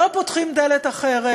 לא פותחים דלת אחרת,